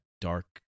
dark